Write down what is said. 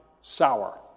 sour